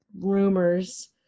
rumors